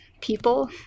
people